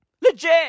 Legit